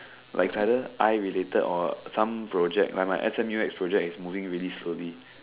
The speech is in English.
like is either eye related or some project like my S_M_U X project is moving really slowly